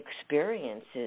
experiences